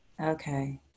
Okay